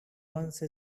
once